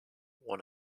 won